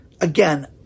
again